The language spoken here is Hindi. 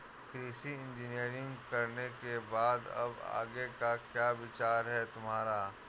कृषि इंजीनियरिंग करने के बाद अब आगे का क्या विचार है तुम्हारा?